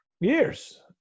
Years